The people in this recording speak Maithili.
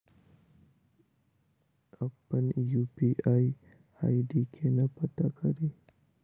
अप्पन यु.पी.आई आई.डी केना पत्ता कड़ी?